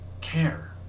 care